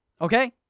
okay